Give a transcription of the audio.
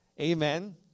Amen